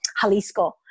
Jalisco